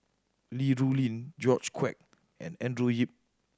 Li Rulin George Quek and Andrew Yip